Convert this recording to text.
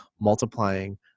multiplying